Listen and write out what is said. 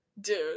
Dude